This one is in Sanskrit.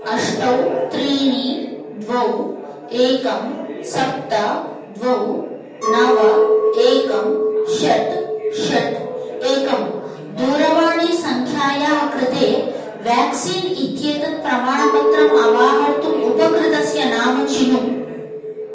अष्ट त्रीणि द्वे एकं सप्त द्वे नव एकं षट् षट् एकं दूरवाणीसङ्ख्यायाः कृते व्याक्सीन् इत्येतत् प्रमाणपत्रम् अवाहर्तुम् उपकृतस्य नाम चिनु